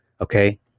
Okay